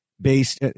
based